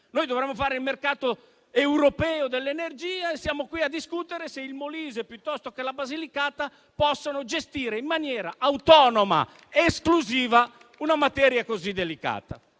dovremmo fare il mercato europeo dell'energia siamo qui a discutere se il Molise o la Basilicata possano gestire in maniera autonoma ed esclusiva una materia così delicata.